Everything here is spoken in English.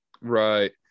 right